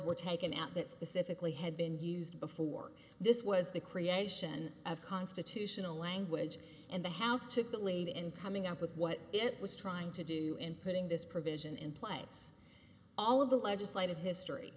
were taken out that specifically had been used before this was the creation of constitutional language and the house took the lead in coming up with what it was trying to do in putting this provision in place all of the legislative history